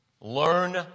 Learn